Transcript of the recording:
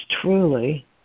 truly